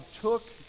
took